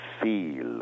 feel